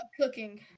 cooking